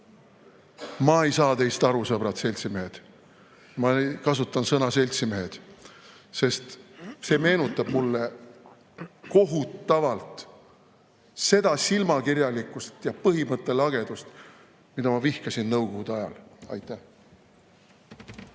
ei saa teist aru, sõbrad, seltsimehed. Ma kasutan sõna "seltsimehed", sest see meenutab mulle kohutavalt seda silmakirjalikkust ja põhimõttelagedust, mida ma vihkasin nõukogude ajal. Aitäh!